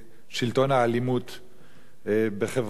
בחברה שבה אנחנו רוצים לחיות.